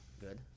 good